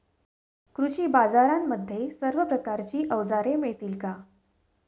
कृषी बाजारांमध्ये सर्व प्रकारची अवजारे मिळतील का?